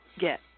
get